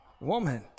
woman